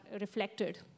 reflected